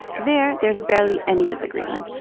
there there's barely any disagreement.